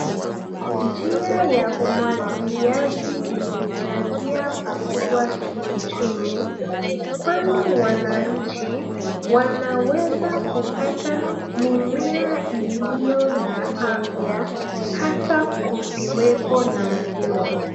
Njia ya umwagiliaji imechangia pakubwa kiuchumi kwani wananchi wanaweza pata mimea iliyo na afya hata kuziwepo na mvua